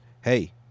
hey